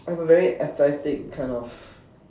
I am a very athletic kind of